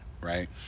Right